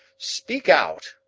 speak out,